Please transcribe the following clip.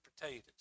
potatoes